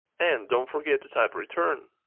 and! don't forget to type return!